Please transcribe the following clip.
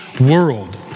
world